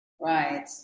Right